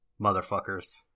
motherfuckers